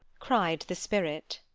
cried the spirit.